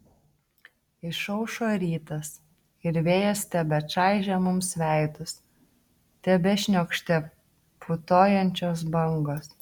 išaušo rytas ir vėjas tebečaižė mums veidus tebešniokštė putojančios bangos